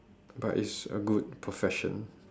but it's a good profession